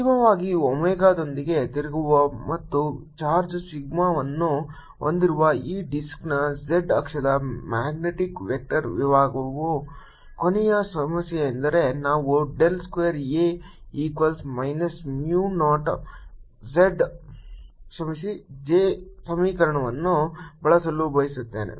ಅಂತಿಮವಾಗಿ ಒಮೆಗಾದೊಂದಿಗೆ ತಿರುಗುವ ಮತ್ತು ಚಾರ್ಜ್ ಸಿಗ್ಮಾವನ್ನು ಹೊಂದಿರುವ ಈ ಡಿಸ್ಕ್ನ z ಅಕ್ಷದ ಮ್ಯಾಗ್ನೆಟಿಕ್ ವೆಕ್ಟರ್ ವಿಭವದ ಕೊನೆಯ ಸಮಸ್ಯೆಯೆಂದರೆ ನಾವು del square A equals minus mu naught J ಸಮೀಕರಣವನ್ನು ಬಳಸಲು ಬಯಸುತ್ತೇವೆ